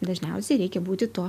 dažniausiai reikia būti tuo